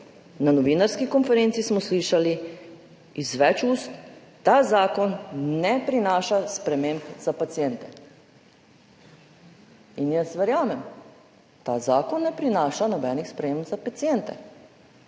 Na novinarski konferenci smo slišali iz več ust, da ta zakon ne prinaša sprememb za paciente. Verjamem, ta zakon ne prinaša nobenih sprememb za paciente,